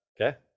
Okay